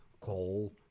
coal